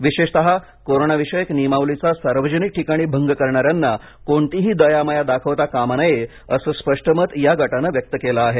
विशेषतः कोरोनाविषयक नियमावलीचा सार्वजनिक ठिकाणी भंग करणाऱ्यांना कोणतीही दयामया दाखवता कामा नये असं स्पष्ट मत या गटानं व्यक्त केलं आहे